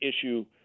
issue